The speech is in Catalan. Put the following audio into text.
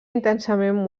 intensament